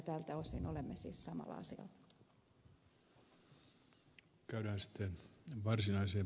tältä osin olemme siis samalla asialla